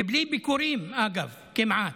ואגב, בלי ביקורים כמעט.